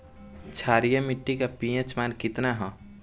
क्षारीय मीट्टी का पी.एच मान कितना ह?